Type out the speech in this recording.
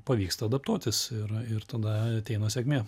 pavyksta adaptuotis ir ir tada ateina sėkmė